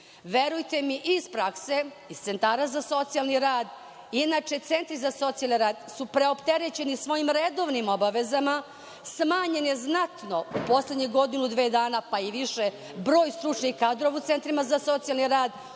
Verujte mi, iz prakse, iz centara za socijalni rad, inače centri za socijalni rad su preopterećeni svojim redovnim obavezama, smanjen je znatno u poslednjih godinu dve dana, pa i više, broj stručnih kadrova u centrima za socijalni rad.